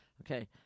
Okay